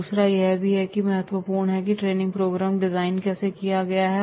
दूसरा यह भी महत्वपूर्ण है कि ट्रेनिंग प्रोग्राम डिजाइन कैसे किया गया है